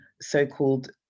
so-called